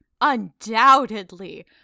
undoubtedly